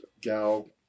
gal